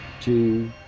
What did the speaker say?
two